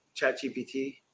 ChatGPT